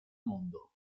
mondo